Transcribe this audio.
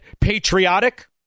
patriotic